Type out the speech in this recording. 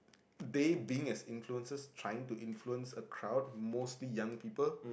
they being a influencers trying to influence a crowd mostly young people